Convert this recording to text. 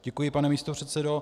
Děkuji, pane místopředsedo.